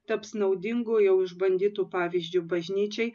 taps naudingu jau išbandytu pavyzdžiu bažnyčiai